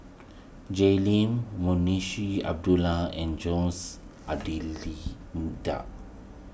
Jay Lim Abdullah and Jose